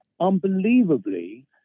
unbelievably